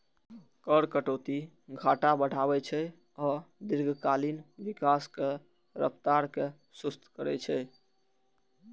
कर कटौती घाटा बढ़ाबै छै आ दीर्घकालीन विकासक रफ्तार कें सुस्त करै छै